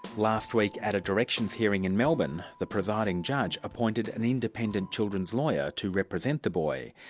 last week at a directions hearing in melbourne, the presiding judge appointed an independent children's lawyer to represent the boy,